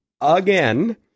again